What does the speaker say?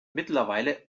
mittlerweile